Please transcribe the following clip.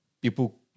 People